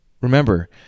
Remember